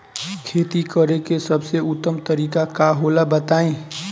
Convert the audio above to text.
खेती करे के सबसे उत्तम तरीका का होला बताई?